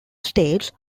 states